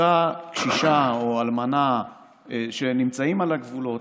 אותה קשישה או אלמנה שנמצאות על הגבולות,